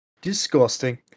disgusting